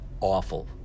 awful